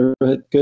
Good